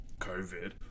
COVID